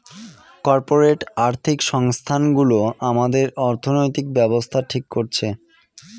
corporate আর্থিক সংস্থানগুলো আমাদের অর্থনৈতিক ব্যাবস্থা ঠিক করছে